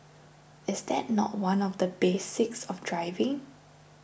is that not one of the basics of driving